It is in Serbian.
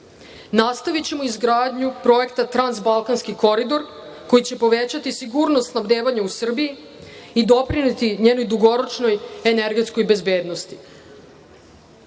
Nastavićemo izgradnju projekta Transbalkanski koridor, koji će povećati sigurnost snabdevanja u Srbiji i doprineti njenoj dugoročnoj energetskoj bezbednosti.U